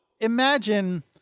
imagine